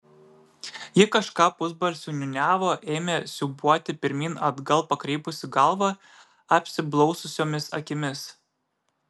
ji kažką pusbalsiu niūniavo ėmė siūbuoti pirmyn atgal pakreipusi galvą apsiblaususiomis akimis